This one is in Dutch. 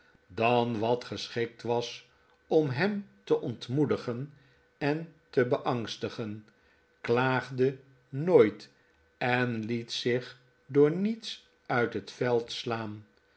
dan wat geschikt was om hem te ontmoedigen en te beangstigen klaagde nooit en liet zich door niets uit het veld slaan